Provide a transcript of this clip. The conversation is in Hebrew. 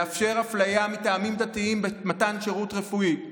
לאפשר אפליה מטעמים דתיים במתן שירות רפואי.